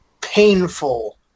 painful